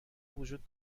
وجود